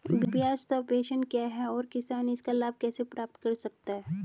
ब्याज सबवेंशन क्या है और किसान इसका लाभ कैसे प्राप्त कर सकता है?